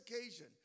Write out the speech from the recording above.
occasion